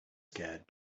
scared